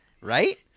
Right